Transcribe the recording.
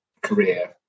career